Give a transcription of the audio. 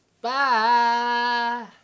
Bye